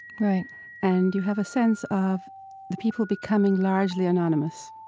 and you have a sense of the people becoming largely anonymous.